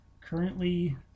currently